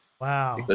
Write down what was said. Wow